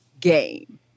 game